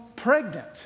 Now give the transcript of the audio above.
pregnant